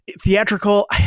theatrical